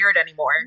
anymore